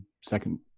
second